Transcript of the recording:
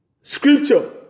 scripture